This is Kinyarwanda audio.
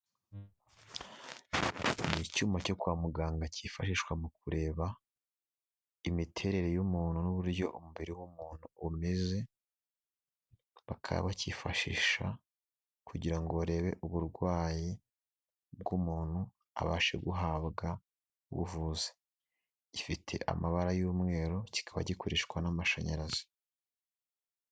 Ni icyuma cyo kwa muganga cyifashishwa mu kureba imiterere y'umuntu n'uburyo umubiri w'umuntu umeze, bakaba bakifashisha kugira ngo barebe uburwayi bw'umuntu abashe guhabwa ubuvuzi, gifite amabara y'umweru kikaba gikoreshwa n'amashanyarazi.